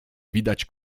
widać